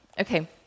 Okay